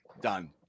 done